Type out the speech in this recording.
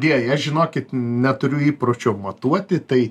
dieji aš žinokit neturiu įpročio matuoti tai